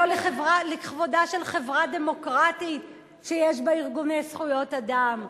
ולכבודה של חברה דמוקרטית שיש בה ארגוני זכויות אדם.